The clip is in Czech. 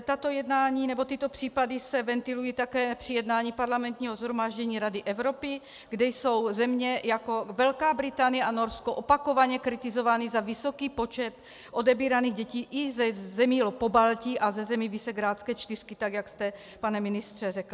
Tato jednání nebo tyto případy se ventilují také při jednání Parlamentního shromáždění Rady Evropy, kde jsou země jako Velká Británie a Norsko opakovaně kritizovány za vysoký počet odebíraných dětí i ze zemí Pobaltí a ze zemí Visegrádské čtyřky, tak jak jste, pane ministře, řekl.